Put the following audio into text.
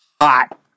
hot